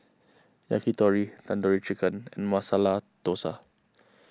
Yakitori Tandoori Chicken and Masala Dosa